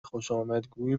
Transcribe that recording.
خوشآمدگویی